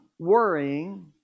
worrying